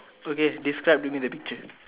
okay describe to me the picture